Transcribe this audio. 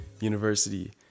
University